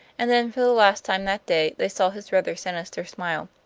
and then, for the last time that day, they saw his rather sinister smile.